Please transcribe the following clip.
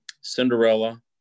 Cinderella